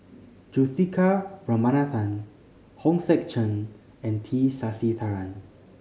Juthika Ramanathan Hong Sek Chern and T Sasitharan